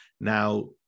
now